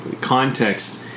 context